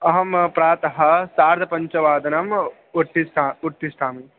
अहं प्रातः सार्धपञ्चवादनम् उत्तिष्ठ उत्तिष्ठामि